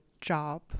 job